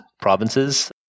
provinces